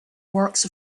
works